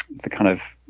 the kind of